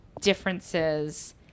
differences